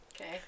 Okay